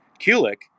Kulik